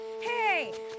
Hey